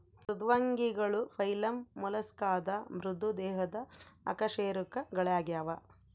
ಮೃದ್ವಂಗಿಗಳು ಫೈಲಮ್ ಮೊಲಸ್ಕಾದ ಮೃದು ದೇಹದ ಅಕಶೇರುಕಗಳಾಗ್ಯವ